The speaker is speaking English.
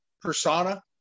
persona